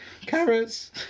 Carrots